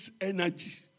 energy